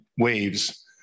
waves